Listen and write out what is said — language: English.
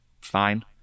fine